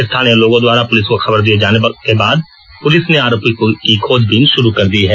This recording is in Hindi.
स्थानीय लोगों द्वारा पुलिस को खबर दिए जाने के बाद पुलिस ने आरोपी की खोजबीन शुरू कर दी है